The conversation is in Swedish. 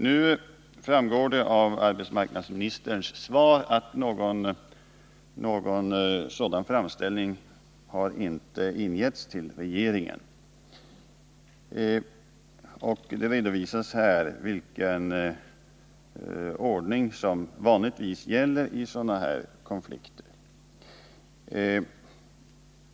Nu framgår det av arbetsmarknadsministerns svar att någon sådan framställning inte har ingetts till regeringen, och det redovisas där också vilken ordning som vanligtvis gäller i sådana konflikter.